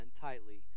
tightly